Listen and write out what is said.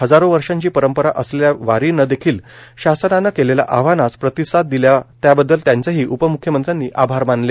हजारो वर्षांची परंपरा असलेल्या वारीने देखील शासनाने केलेल्या आवाहनास प्रतिसाद दिला त्याबद्दल त्यांचेही उपमुख्यमंत्र्यांनी आभार मानले